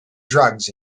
drugs